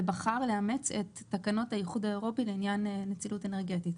ובחר לאמץ את תקנות האיחוד האירופי לעניין נצילות אנרגטית.